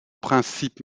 principes